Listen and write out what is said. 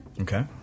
okay